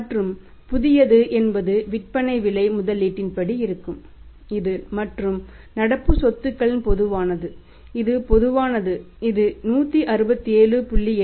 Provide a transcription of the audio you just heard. மற்றும் புதியது என்பது விற்பனை விலை முதலீட்டின் படி இருக்கும் இது மற்ற நடப்பு சொத்துக்களில் பொதுவானது இது பொதுவானது இது 167